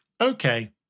Okay